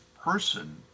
person